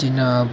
जिन्ना